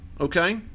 Okay